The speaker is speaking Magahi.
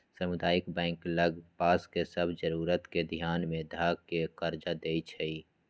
सामुदायिक बैंक लग पास के सभ जरूरत के ध्यान में ध कऽ कर्जा देएइ छइ